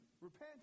repent